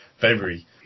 February